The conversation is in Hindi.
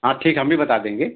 हाँ ठीक है हम भी बात देंगे